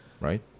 Right